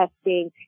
testing